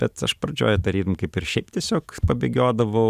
bet aš pradžioje tarytum kaip ir šiaip tiesiog pabėgiodavau